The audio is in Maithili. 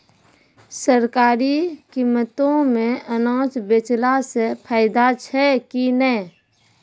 सरकारी कीमतों मे अनाज बेचला से फायदा छै कि नैय?